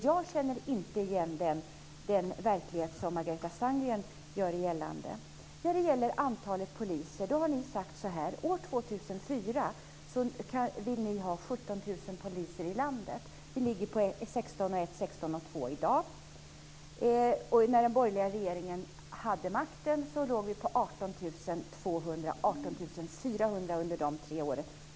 Jag känner inte igen den verklighet som Margareta Sandgren gör gällande. Ni har sagt om antalet poliser att ni år 2004 vill ha 17 000 poliser i landet. Vi ligger på ca 16 200 i dag. När den borgerliga regeringen hade makten låg vi på 18 200-18 400 under de tre åren.